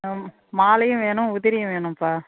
ம் மாலையும் வேணும் உதிரியும் வேணும்ப்பா